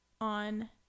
on